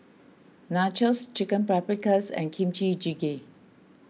Nachos Chicken Paprikas and Kimchi Jjigae